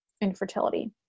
infertility